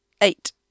Eight